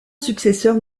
successeur